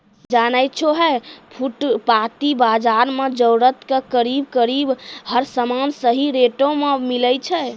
जानै छौ है फुटपाती बाजार मॅ जरूरत के करीब करीब हर सामान सही रेटो मॅ मिलै छै